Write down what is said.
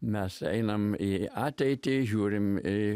mes einam į ateitį žiūrim į